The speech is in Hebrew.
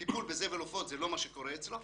טיפול בזבל עופות, זה לא מה שקורה אצלו.